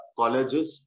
colleges